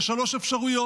יש שלוש אפשרויות: